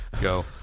go